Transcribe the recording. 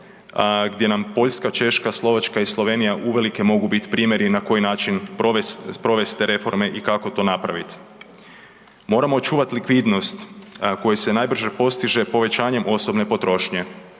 gdje nam Poljska, Češka, Slovačka i Slovenija uvelike mogu bit primjer i na koji način provest, sprovest te reforme i kako to napravit. Moramo očuvat likvidnost koji se najbrže postiže povećanjem osobne potrošnje